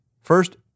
First